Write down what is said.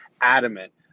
adamant